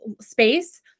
space